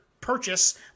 purchase